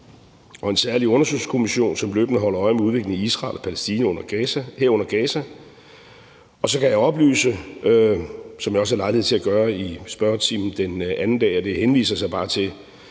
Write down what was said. og en særlig undersøgelseskommission, som løbende holder øje med udviklingen i Israel og Palæstina, herunder Gaza. Så kan jeg oplyse, som jeg også havde lejlighed til at gøre i spørgetimen den anden dag, og det henviser jeg så bare til,